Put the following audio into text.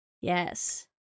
Yes